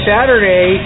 Saturday